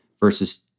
versus